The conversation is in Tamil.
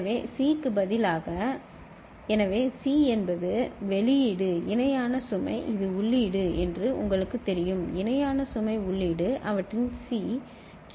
எனவே C க்கு பதிலாக எனவே C என்பது வெளியீடு இணையான சுமை இது உள்ளீடு என்று உங்களுக்குத் தெரியும் இணையான சுமை உள்ளீடு அவற்றின் C QC